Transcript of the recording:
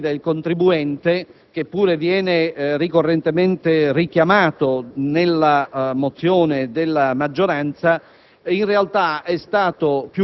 Il rispetto dei diritti del contribuente, che pure viene ricorrentemente richiamato nella mozione della maggioranza,